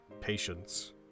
Patience